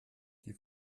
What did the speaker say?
die